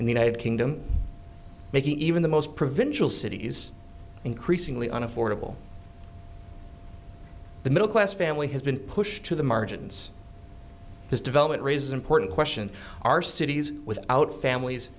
in the united kingdom making even the most provincial cities increasingly an affordable the middle class family has been pushed to the margins this development raises important question are cities without families